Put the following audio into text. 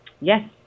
Yes